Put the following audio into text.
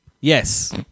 Yes